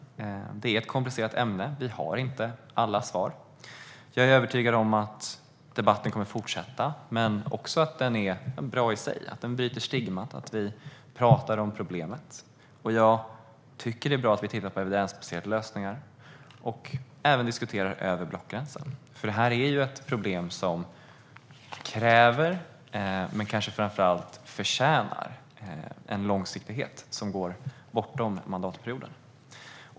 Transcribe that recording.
Det är ett komplicerat ämne, och vi har inte alla svar. Jag är övertygad om att debatten kommer att fortsätta, men också om att den är bra i sig. Den bryter stigmat och gör att vi pratar om problemet. Jag tycker att det är bra att vi tittar på evidensbaserade lösningar och även diskuterar över blockgränserna. Detta är nämligen ett problem som kräver - men kanske framför allt förtjänar - en långsiktighet som går bortom mandatperioden.